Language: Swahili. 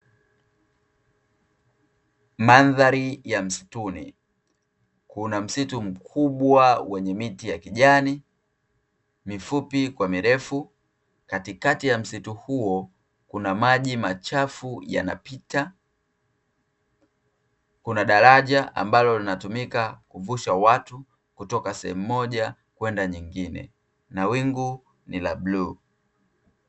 Mandhari ya msituni. Kuna msitu mkubwa wenye miti ya kijani (mifupi kwa mirefu), katikati ya msitu huo kuna maji machafu yanapita. Kuna daraja ambalo linatumika kuvusha watu kutoka sehemu moja kwenda nyingine; na wingu ni la bluu.